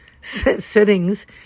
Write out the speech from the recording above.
sittings